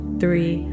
three